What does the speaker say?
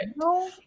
No